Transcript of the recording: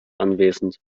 anwesend